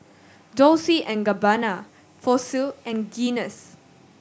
Dolce and Gabbana Fossil and Guinness